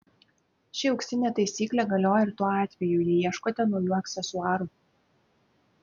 ši auksinė taisyklė galioja ir tuo atveju jei ieškote naujų aksesuarų